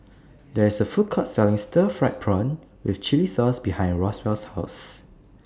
There IS A Food Court Selling Stir Fried Prawn with Chili Sauce behind Roswell's House